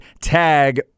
tag